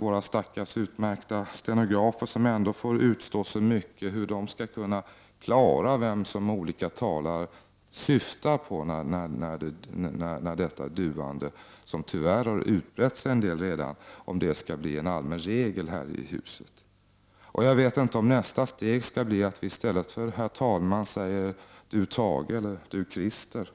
våra stackars utmärkta stenografer, som ändå får utstå så mycket, hur skall de kunna klara vem olika talare syftar på när detta duande, som tyvärr har utbrett sig en del redan, skall bli en allmän regel här i huset? Jag vet inte om nästa steg skall bli att bli att vi i stället för ”herr talman” säger ”du Thage” eller ”du Christer”.